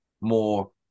more